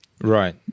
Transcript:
Right